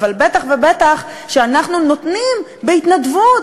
אבל בטח ובטח כשאנחנו נותנים בהתנדבות,